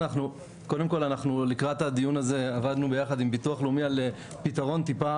קודם כל אנחנו לקראת הדיון הזה עבדנו ביחד עם ביטוח לאומי על פתרון טיפה